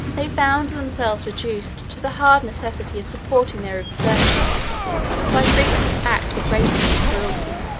they found themselves reduced to the hard necessity of supporting their usurpation by frequent acts of rapine and cruelty.